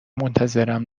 منتظرم